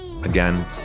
again